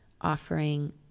offering